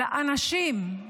לאנשים,